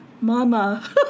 Mama